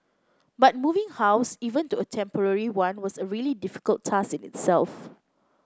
but moving house even to a temporary one was a really difficult task in itself